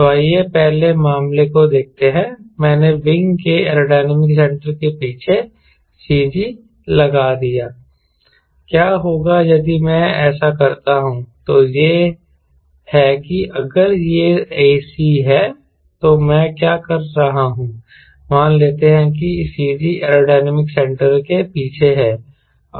तो आइए पहले मामले को देखते हैं मैंने विंग के एरोडायनामिक सेंटर के पीछे CG लगा दिया क्या होगा यदि मैं ऐसा करता हूं तो यह है कि अगर यह ac है तो मैं क्या कर रहा हूं मान लेते हैं कि CG एरोडायनामिक सेंटर के पीछे है